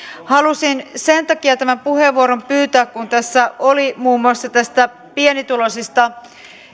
halusin sen takia tämän puheenvuoron pyytää kun tässä oli muun muassa pienituloisista